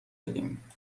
دادیم